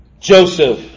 Joseph